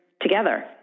together